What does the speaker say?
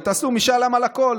ותעשו משאל עם על הכול.